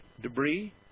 debris